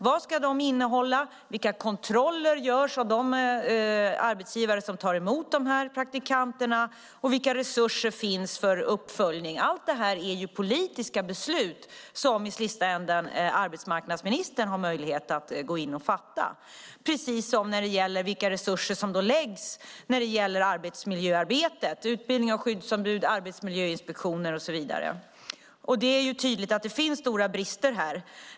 Vad ska de innehålla? Vilka kontroller görs av de arbetsgivare som tar emot praktikanterna? Vilka resurser finns för uppföljning? Allt detta är politiska beslut som i sista ändan arbetsmarknadsministern har möjlighet att fatta, precis som för vilka resurser som läggs på arbetsmiljöarbetet, utbildning av skyddsombud, arbetsmiljöinspektioner och så vidare. Det är tydligt att det finns stora brister.